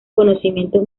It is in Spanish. conocimientos